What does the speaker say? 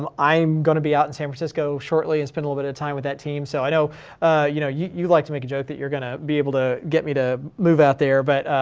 um i'm going to be out in san francisco shortly and spend a little bit of time with that team. so you know you know you you like to make a joke that you're going to be able to get me to move out there, but.